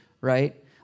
right